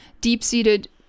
deep-seated